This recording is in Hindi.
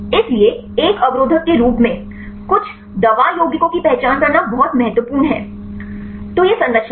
इसलिए एक अवरोधक के रूप में कुछ दवा यौगिकों की पहचान करना बहुत महत्वपूर्ण है तो यह संरचना है